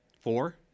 Four